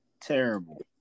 Terrible